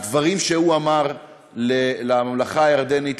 הדברים שהוא אמר לממלכה הירדנית,